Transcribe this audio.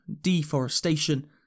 deforestation